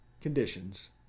conditions